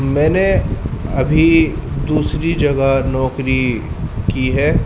میں نے ابھی دوسری جگہ نوکری کی ہے